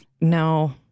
No